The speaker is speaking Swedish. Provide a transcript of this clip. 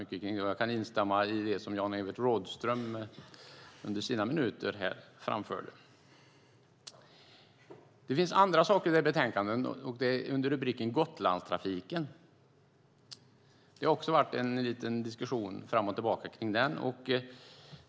Mycket har sagts, och jag kan instämma i det som Jan-Evert Rådhström under sina talarminuter här framfört. Det finns också andra saker i betänkandet, till exempel under rubriken "Gotlandstrafiken". Också om denna har det varit en diskussion fram och tillbaka.